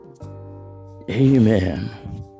amen